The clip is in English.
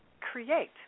create